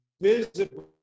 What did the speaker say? visible